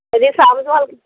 ਇਹਦੀ ਸਾਂਭ ਸੰਭਾਲ